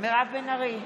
מירב בן ארי,